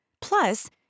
Plus